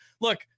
look